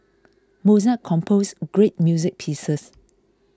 Mozart composed great music pieces